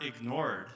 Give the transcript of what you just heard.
ignored